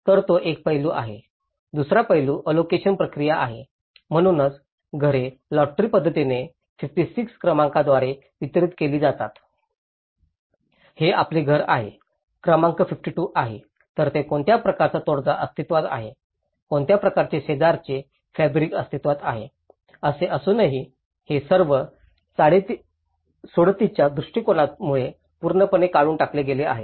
तर तो एक पैलू आहे दुसरा पैलू ऑलोकेशन प्रक्रिया आहे म्हणूनच घरे लॉटरी पद्धतीने 56 क्रमांकाद्वारे वितरीत केली जातात हे आपले घर आहे क्रमांक 52 आहे तर कोणत्या प्रकारचा तोडगा अस्तित्त्वात आहे कोणत्या प्रकारचे शेजारचे फॅब्रिक अस्तित्वात आहे असे असूनही हे सर्व सोडतीच्या दृष्टिकोनामुळे पूर्णपणे काढून टाकले गेले आहे